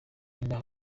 inda